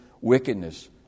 wickedness